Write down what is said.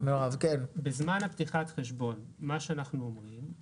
בזמן פתיחת חשבון, מה שאנחנו אומרים זה